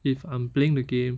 if I'm playing the game